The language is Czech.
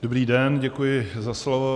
Dobrý den, děkuji za slovo.